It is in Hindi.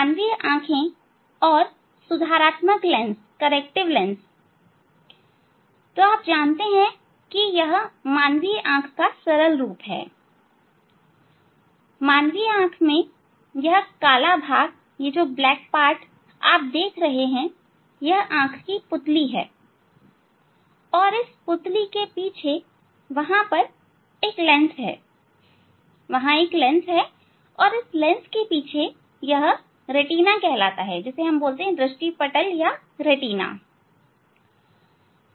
मानवीय आंखें और सुधारात्मक लेंस तो आप जानते हैं यह मानवीय आंख का सरल रूप है मानवीय आंख में यह काला भाग जो हम देख रहे हैं यह आंख की पुतली कहलाता है और इस पुतली के पीछे वहां एक लेंस है वहां एक लेंस है और इस लेंस के पीछे यह दृष्टि पटल या रेटिना कहलाता है